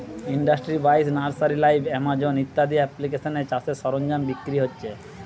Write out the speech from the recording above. industry বাইশ, Nursery Live, Amazon ইত্যাদি এপ্লিকেশানে চাষের সরঞ্জাম বিক্রি হচ্ছে